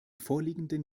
vorliegenden